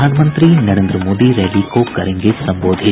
प्रधानमंत्री नरेन्द्र मोदी रैली को करेंगे संबोधित